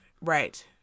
Right